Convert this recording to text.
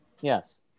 Yes